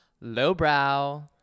Lowbrow